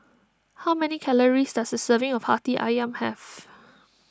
how many calories does a serving of Hati Ayam have